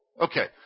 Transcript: Okay